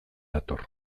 nator